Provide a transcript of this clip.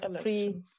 free